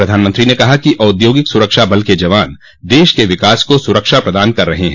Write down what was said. प्रधानमंत्री ने कहा कि औद्योगिक सुरक्षा बल के जवान देश के विकास को सुरक्षा प्रदान कर रहे हैं